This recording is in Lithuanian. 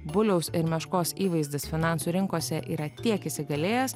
buliaus ir meškos įvaizdis finansų rinkose yra tiek įsigalėjęs